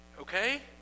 Okay